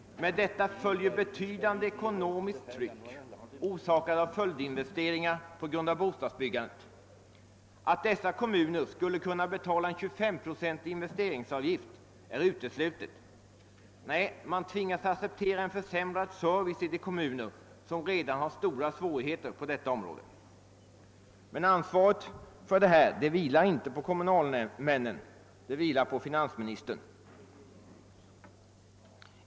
Med detta följer betydande ekonomiskt tryck, orsakat av följdinvesteringar på grund av bostadsbyggandet. Att dessa kommuner skulle kunna betala en 25-procentig investeringsavgift är uteslutet. Nej, man tvingas acceptera en försämrad service i de kommuner som redan nu har stora svårigheter på detta område. Ansvaret för detta vilar dock inte på kommunalmännen; det vilar på finansministern.